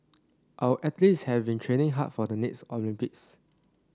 our athletes have been training hard for the next Olympics